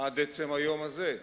עד עצם היום הזה,